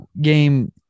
game